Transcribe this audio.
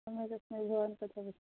सम्यक् अस्मि भवान् कथं अस्ति